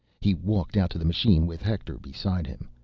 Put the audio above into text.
he walked out to the machine, with hector beside him.